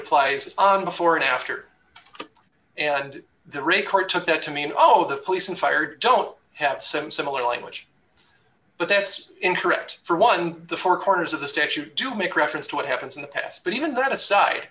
applies on before and after and the record took that to mean zero of the police and fire don't have some similar language but that's incorrect for one the four corners of the statute do make reference to what happens in the past but even that aside